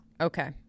Okay